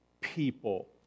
people